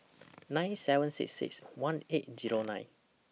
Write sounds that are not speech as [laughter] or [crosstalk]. [noise] nine seven six six one eight Zero nine